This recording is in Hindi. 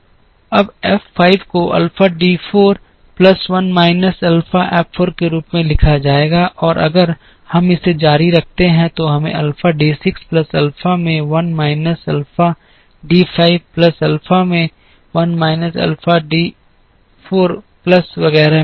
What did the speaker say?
अब F 5 को alpha D 4 plus 1 minus alpha F 4 के रूप में लिखा जाएगा और अगर हम इसे जारी रखते हैं तो हमें अल्फ़ा D 6 प्लस अल्फ़ा में 1 minus alpha D 5 plus alpha में 1 माइनस अल्फ़ा वर्ग D 4 प्लस वगैरह में मिलेगा